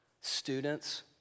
students